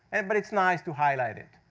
and but it's nice to highlight it.